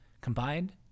Combined